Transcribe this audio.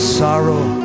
sorrow